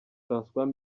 françois